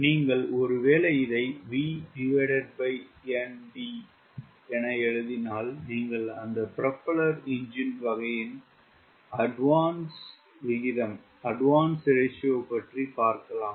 நீங்கள் ஒரு வேலை இதை Vnd என எழுதினால் நீங்கள் அந்த ப்ரொபெல்லர் என்ஜின் வகையின் அட்வான்ஸ் விகிதம் பற்றி பார்க்கலாம்